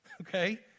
Okay